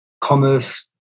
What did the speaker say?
commerce